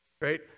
right